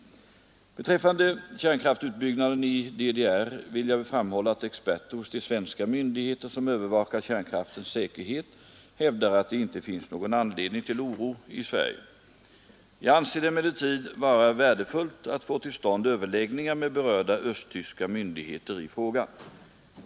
Beträffande kärnkraftsutbyggnaden i DDR vill jag framhålla att experter hos de svenska myndigheter som övervakar kärnkraftens säkerhet hävdar att det inte finns någon anledning till oro i Sverige. Jag anser det emellertid vara värdefullt att få till stånd överläggningar med berörda östtyska myndigheter i frågan.